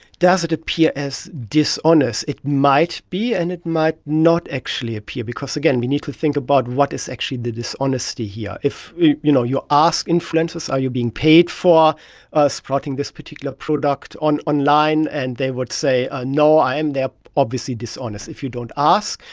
does it appear as dishonest? it might be and it might not actually appear because, again, you need to think about what is actually the dishonesty here. if you you know you ask influencers are you being paid for ah supporting this particular product online, and they would say ah no, they are obviously dishonest. if you don't ask,